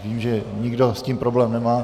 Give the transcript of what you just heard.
Vidím, že nikdo s tím problém nemá.